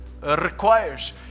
requires